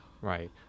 Right